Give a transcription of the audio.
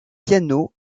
piano